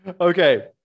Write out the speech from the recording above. Okay